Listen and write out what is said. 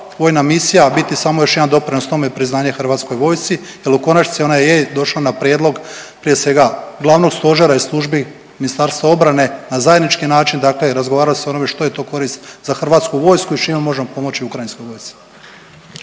vojna misija biti samo još jedan doprinos tome i priznanje HV-u jel u konačnici ona je došla na prijedlog prije svega glavnog stožera i službi Ministarstva obrane na zajednički način, dakle razgovaralo se o onome što je to korist za HV i s čime možemo pomoći ukrajinskoj vojsci.